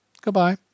Good-bye